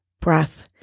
breath